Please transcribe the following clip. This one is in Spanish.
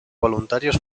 voluntarios